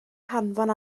hanfon